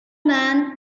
man